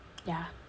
ya